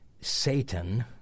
Satan